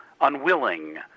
unwilling